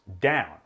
down